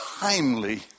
timely